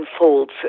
unfolds